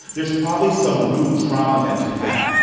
there's probably some root trauma that you had.